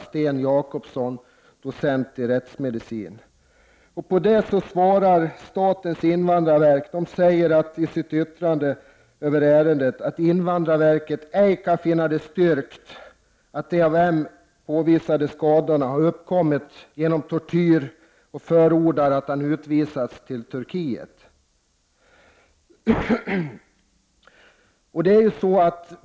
Statens invandrarverk säger i sitt yttrande över ärendet att invandrarverket ej kan finna det styrkt att de av M uppvisade skadorna skulle ha uppkommit genom tortyr och förordar därför att han utvisas till Turkiet.